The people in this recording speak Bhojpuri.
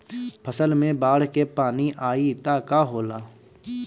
फसल मे बाढ़ के पानी आई त का होला?